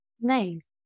Nice